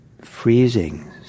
freezing